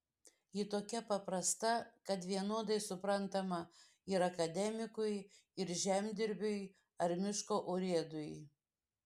ji tokia paprasta kad vienodai suprantama ir akademikui ir žemdirbiui ar miško urėdui